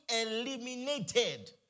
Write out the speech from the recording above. eliminated